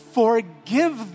forgive